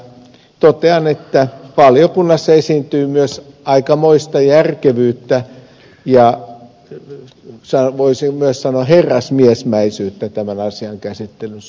totean että valiokunnassa esiintyi myös aikamoista järkevyyttä ja voisin myös sanoa herrasmiesmäisyyttä tämän asian käsittelyssä